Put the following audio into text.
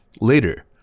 Later